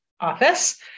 office